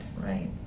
Right